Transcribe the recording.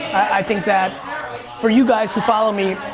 i think that for you guys who follow me,